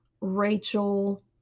Rachel